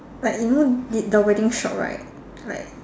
like you know the the wedding shop right like